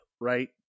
right